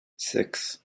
six